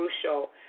crucial